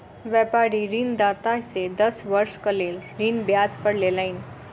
व्यापारी ऋणदाता से दस वर्षक लेल ऋण ब्याज पर लेलैन